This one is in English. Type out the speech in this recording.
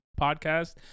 podcast